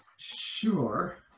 Sure